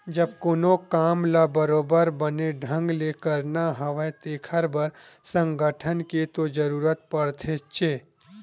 जब कोनो काम ल बरोबर बने ढंग ले करना हवय तेखर बर संगठन के तो जरुरत पड़थेचे